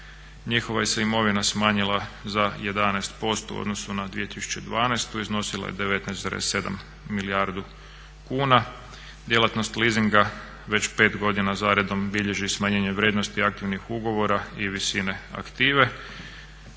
njihova se imovina smanjila za 11% u odnosu na 2012.i iznosila je 19,7 milijardi kuna. djelatnost leasinga već pet godina zaredom bilježi smanjenje vrijednosti aktivnih ugovora i visine aktive.